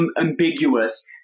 Ambiguous